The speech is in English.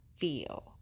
feel